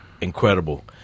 incredible